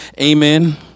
amen